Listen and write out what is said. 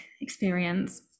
experience